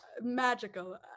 magical